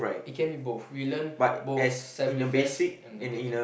it can be both we learn both self defense and attacking